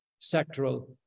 sectoral